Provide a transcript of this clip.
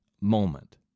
moment